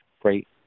great